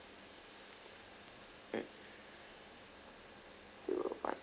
mm zero one